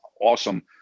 awesome